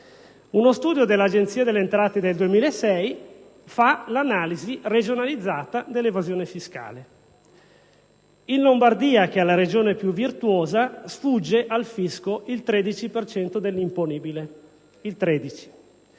uno studio dell'Agenzia delle entrate del 2006 ha elaborato un'analisi regionalizzata dell'evasione fiscale. In Lombardia, che è la regione più virtuosa, sfugge al fisco il 13 per cento dell'imponibile. In